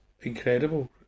incredible